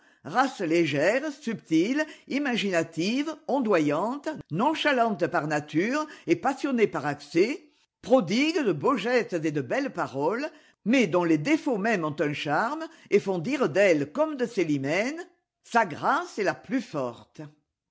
race légère subtile imaginative ondoyante nonchalante par nature et passionnée par accès prodigue de beaux gestes et de belles paroles mais dont les défauts mêmes ont un charme et font dire d'elle comme de célimène sa grâce est la plus forte